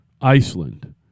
Iceland